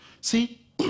see